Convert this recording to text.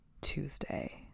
Tuesday